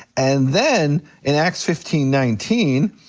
and then in acts fifteen nineteen,